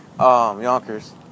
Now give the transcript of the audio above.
Yonkers